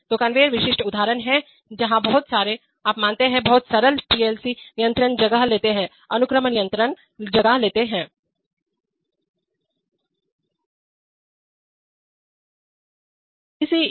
तो कन्वेयर विशिष्ट उदाहरण हैं जहां बहुत सारे आप जानते हैं बहुत सरल पीएलसी नियंत्रण जगह लेते हैं अनुक्रम नियंत्रणविक्रांत कंट्रोल